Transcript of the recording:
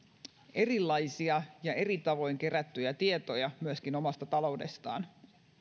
erilaisia ja eri tavoin kerättyjä tietoja myöskin omasta taloudestaan